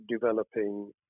developing